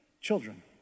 children